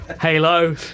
Halo